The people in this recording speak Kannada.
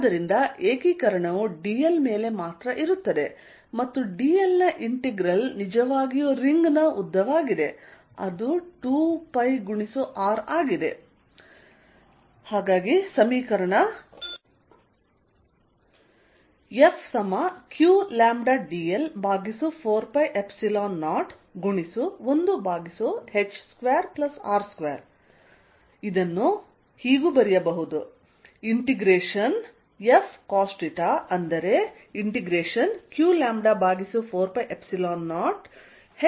ಆದ್ದರಿಂದ ಏಕೀಕರಣವು dl ಮೇಲೆ ಮಾತ್ರ ಇರುತ್ತದೆ ಮತ್ತು dl ನ ಇಂಟೆಗ್ರಲ್ ನಿಜವಾಗಿಯೂ ರಿಂಗ್ನ ಉದ್ದವಾಗಿದೆ ಅದು 2πR ಆಗಿದೆ